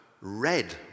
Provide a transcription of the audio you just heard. red